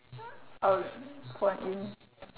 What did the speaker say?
oh quite in